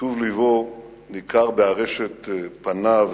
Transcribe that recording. וטוב לבו ניכר בארשת פניו,